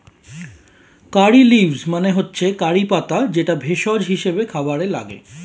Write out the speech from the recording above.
কারী leaves মানে হচ্ছে curry পাতা যেটা ভেষজ হিসেবে খাবারে লাগে